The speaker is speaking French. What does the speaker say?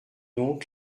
donc